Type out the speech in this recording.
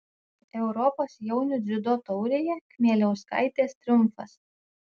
europos jaunių dziudo taurėje kmieliauskaitės triumfas